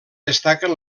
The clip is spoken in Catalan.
destaquen